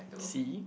see